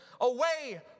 away